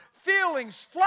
feelings